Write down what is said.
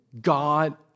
God